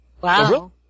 Wow